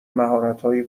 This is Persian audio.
مهارتهای